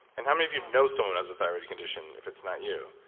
and how many of you know someone has a thyroid condition if it's not you?